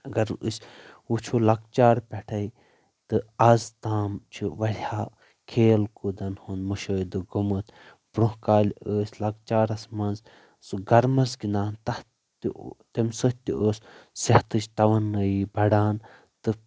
اگر أسۍ وٕچھو لۄکچارٕ پٮ۪ٹھے تہٕ آز تام چھُ وارِیاہو کھیل کوٗدن ہُند مُشٲہدٕ گوٚمُت برٛونہہ کالہِ ٲسۍ لۄچارس منٛز سُہ گرمس گِنٛدان تتھ تہِ تمہِ سۭتۍ تہِ ٲس صحتٕچ تاوانٲیی بڑان تہٕ